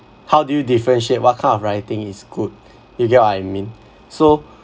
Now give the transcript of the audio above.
how do you differentiate what kind of writing is good you get what I mean so